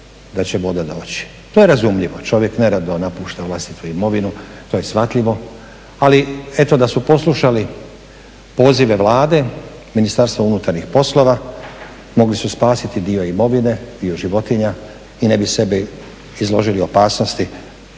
da će voda doći. To je razumljivo. Čovjek nerado napušta vlastitu imovinu to je shvatljivo, ali eto da su poslušali pozive Vlade, Ministarstva unutarnjih poslova mogli su spasiti dio imovine, dio životinja i ne bi sebe izložili opasnosti